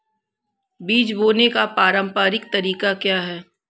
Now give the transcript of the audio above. बीज बोने का पारंपरिक तरीका क्या है?